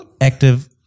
active